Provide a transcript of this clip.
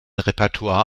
repertoire